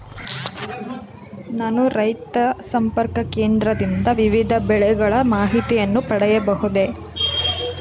ನಾನು ರೈತ ಸಂಪರ್ಕ ಕೇಂದ್ರದಿಂದ ವಿವಿಧ ಬೆಳೆಗಳ ಮಾಹಿತಿಯನ್ನು ಪಡೆಯಬಹುದೇ?